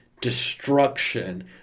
destruction